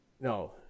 No